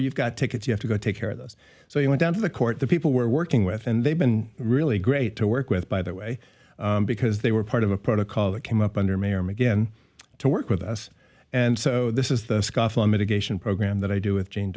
you've got tickets you have to go take care of those so you went down to the court the people we're working with and they've been really great to work with by the way because they were part of a protocol that came up under mayor mcginn to work with us and so this is the scofflaw mitigation program that i do with jan